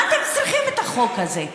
מה אתם צריכים את החוק הזה?